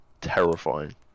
terrifying